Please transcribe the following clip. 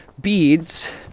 beads